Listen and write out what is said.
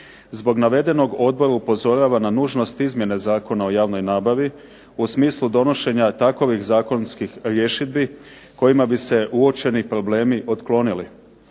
Zbog navedenog odbor upozorava na nužnost izmjene Zakona o javnoj nabavi u smislu donošenja takovih zakonskih rješidbi kojima bi se uočeni problemi otklonili.